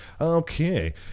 Okay